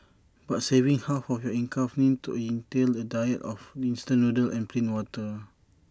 but saving half of your income need to entail A diet of instant noodles and plain water